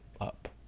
up